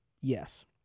Yes